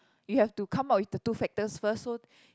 you have to come up with the two factors first so